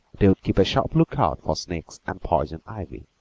they would keep a sharp lookout for snakes and poison ivy,